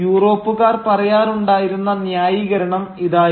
യൂറോപ്പുകാർ പറയാറുണ്ടായിരുന്ന ന്യായീകരണം ഇതായിരുന്നു